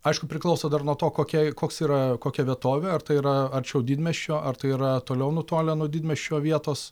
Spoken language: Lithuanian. aišku priklauso nuo to kokia koks yra kokia vietovė ar tai yra arčiau didmiesčio ar tai yra toliau nutolę nuo didmiesčio vietos